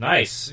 Nice